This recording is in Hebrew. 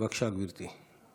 בבקשה, גברתי.